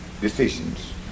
decisions